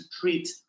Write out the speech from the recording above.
treat